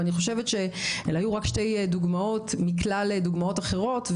אני חושבת שאלה היו רק שתי דוגמאות מכלל דוגמאות אחרות,